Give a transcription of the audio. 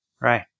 Right